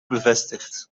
bevestigd